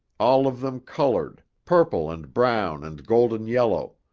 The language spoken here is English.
all of them colored, purple and brown and golden-yellow,